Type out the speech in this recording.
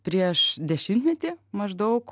prieš dešimtmetį maždaug